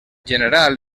general